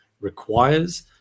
requires